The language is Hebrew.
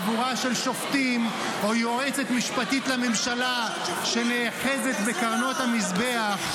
-- חבורה של שופטים או יועצת משפטית לממשלה שנאחזת בקרנות המזבח,